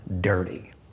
dirty